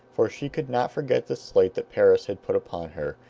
for she could not forget the slight that paris had put upon her,